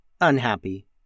unhappy